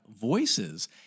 voices